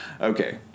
Okay